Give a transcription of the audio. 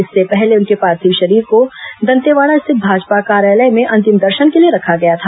इससे पहले उनके पार्थिव शरीर को दंतेवाड़ा स्थित भाजपा कार्यालय में अंतिम दर्शन के लिए रखा गया था